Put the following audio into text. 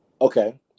Okay